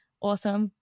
awesome